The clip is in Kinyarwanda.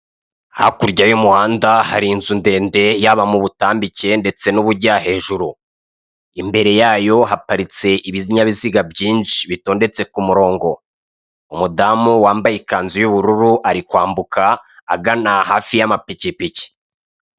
Hakurya y'umuhanda hari inzu ndende y'aba mu butambike, ndetse nubujya hejuru imbere yayo haparitse ibinyabiziga byinshi bitondetse ku murongo umudamu wambaye ikanzu y'ubururu ari kwambuka agana hafi y'amapikipiki.